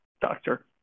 Doctor